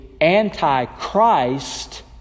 Antichrist